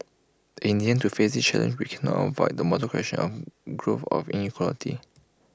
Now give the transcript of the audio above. in the end to face this challenge we cannot avoid the moral question of grow of inequality